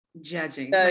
judging